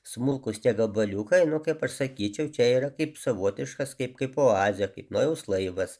smulkūs tie gabaliukai nu kaip aš sakyčiau čia yra kaip savotiškas kaip kaip oazė kaip nojaus laivas